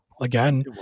again